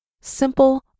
simple